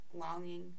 longing